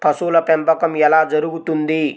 పశువుల పెంపకం ఎలా జరుగుతుంది?